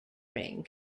ring